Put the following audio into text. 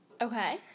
okay